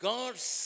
God's